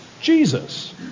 Jesus